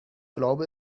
glaube